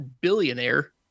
billionaire